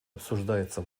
обсуждается